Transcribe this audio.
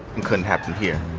couldn't happen here.